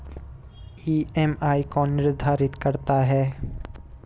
EMI कौन निर्धारित करता है?